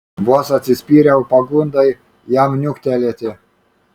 vos atsispyriau pagundai jam niuktelėti